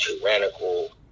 tyrannical